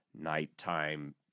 nighttime